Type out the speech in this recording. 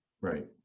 Right